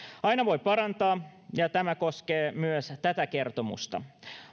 aina voi parantaa ja tämä koskee myös tätä kertomusta